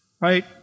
right